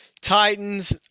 Titans